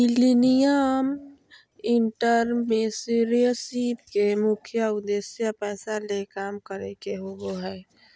millennial entrepreneurship के मुख्य उद्देश्य पैसा ले काम करे के होबो हय